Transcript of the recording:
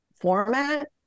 format